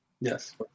Yes